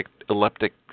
epileptic